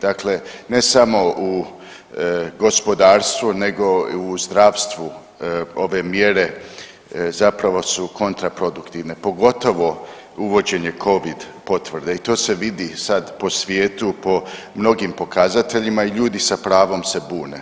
Dakle, ne samo u gospodarstvu, nego u zdravstvu ove mjere zapravo su kontraproduktivne pogotovo uvođenje Covid potvrda i to se vidi sad po svijetu, po mnogim pokazateljima i ljudi sa pravom se bune.